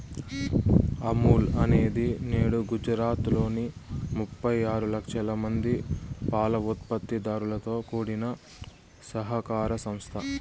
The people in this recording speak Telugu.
అమూల్ అనేది నేడు గుజరాత్ లోని ముప్పై ఆరు లక్షల మంది పాల ఉత్పత్తి దారులతో కూడిన సహకార సంస్థ